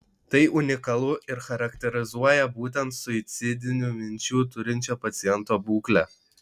tai unikalu ir charakterizuoja būtent suicidinių minčių turinčio paciento būklę